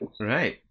Right